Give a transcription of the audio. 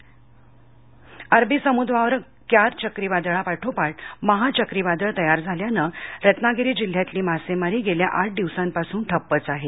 मच्छीमारी अरबी समुद्रावर क्यार चक्रीवादळा पाठोपाठ माहा चक्रीवादळ तयार झाल्यानं रत्नागिरी जिल्ह्यातली मासेमारी गेल्या आठ दिवसांपासून ठप्पच आहे